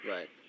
Right